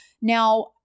Now